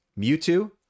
mewtwo